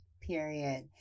Period